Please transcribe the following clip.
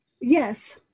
Yes